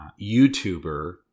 YouTuber